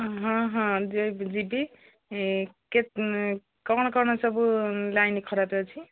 ହଁ ହଁ ଯିବି କ'ଣ କ'ଣ ସବୁ ଲାଇନ୍ ଖରାପ ଅଛି